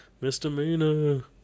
Misdemeanor